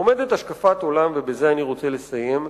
עומדת השקפת עולם, ובזה אני רוצה לסיים,